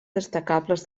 destacades